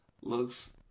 looks